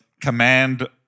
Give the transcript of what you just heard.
Command